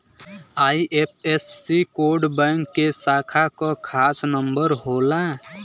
IFSC code bank के शाखा क खास नंबर होला